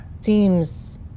Seems